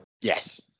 Yes